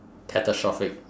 catastrophic